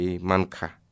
Manka